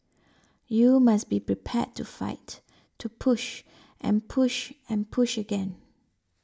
you must be prepared to fight to push and push and push again